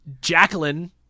Jacqueline